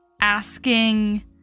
asking